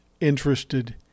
interested